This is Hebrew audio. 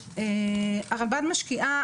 הרלב"ד משקיעה,